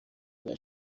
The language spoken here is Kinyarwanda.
bya